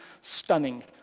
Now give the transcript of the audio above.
stunning